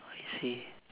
I see